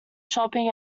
shopping